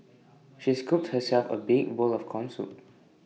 she scooped herself A big bowl of Corn Soup